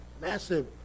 Massive